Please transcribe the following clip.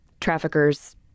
Traffickers